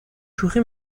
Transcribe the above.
شوخی